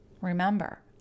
Remember